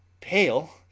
pale